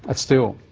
ah still,